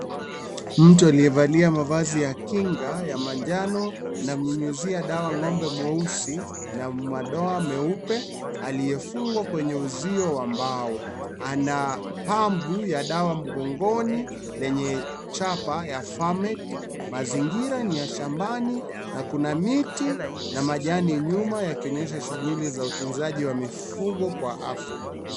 Mtu aliyevalia mavazi ya kinga ya manjano na mnyunyuzia dawa ng'ombe mweusi na madoa meupe aliyefungwa kwenye uzio ambao anapampu ya dawa mgongoni lenye chapa ya fameth . Mazingira ni ya shambani na kuna miti na majani nyuma yakinyonyesha shughuli za utunzaji wa mifugo kwa afya.